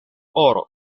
oro